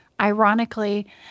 ironically